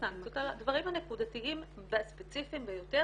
החוק רק על אותו חלק של הפעולה שמתבצע בישראל.